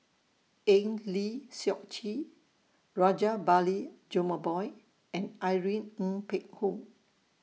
Eng Lee Seok Chee Rajabali Jumabhoy and Irene Ng Phek Hoong